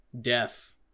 death